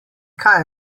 kaj